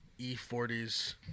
E40's